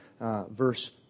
verse